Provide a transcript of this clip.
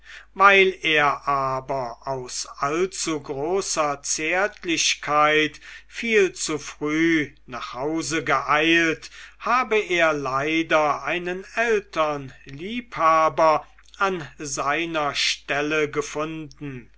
weil er aber aus allzugroßer zärtlichkeit viel zu früh nach hause geeilt habe er leider einen ältern liebhaber an seiner stelle gefunden